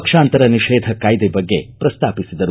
ಪಕ್ಷಾಂತರ ನಿಷೇಧ ಕಾಯ್ದೆ ಬಗ್ಗೆ ಪ್ರಸ್ತಾಪಿಸಿದರು